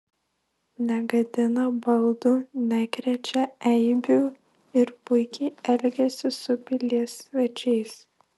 negadina baldų nekrečia eibių ir puikiai elgiasi su pilies svečiais